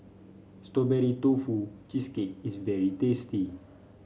Strawberry Tofu Cheesecake is very tasty